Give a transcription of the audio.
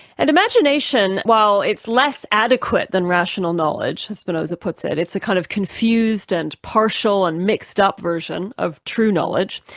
and imagination, while it's less adequate than rational knowledge, as spinoza puts it, it's a kind of confused and partial and mixed-up version of true knowledge,